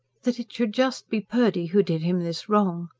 that it should just be purdy who did him this wrong!